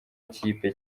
ikipe